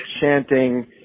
chanting